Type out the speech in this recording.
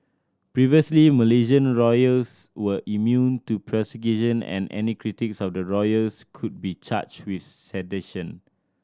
previously Malaysian royals were immune to prosecution and any critics of the royals could be charged with sedition